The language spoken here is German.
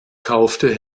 kaufte